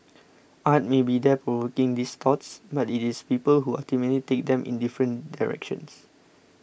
art may be there provoking these thoughts but it is people who ultimately take them in different directions